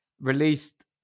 released